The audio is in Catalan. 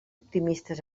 optimistes